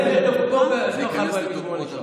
תחזור.